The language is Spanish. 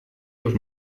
los